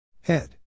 head